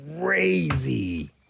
crazy